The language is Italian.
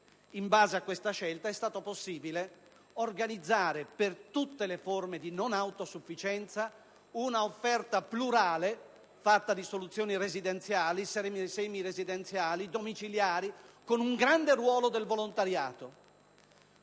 in base a questa scelta, è stato possibile organizzare per tutte le forme di non autosufficienza un'offerta plurale fatta di soluzioni residenziali, semiresidenziali, domiciliari con un grande ruolo del volontariato.